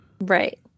Right